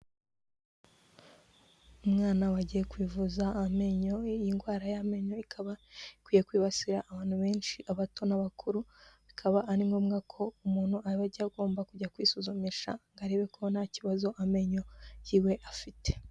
Umwana wagiye kwivuza amenyo, iyi ndwara y'amenyo ikaba ikwiye kwibasira abantu benshi abato n'abakuru, bikaba ari ngombwa ko umuntu aba ajya agomba kujya kwisuzumisha ngo arebe ko nta kibazo amenyo yiwe afite.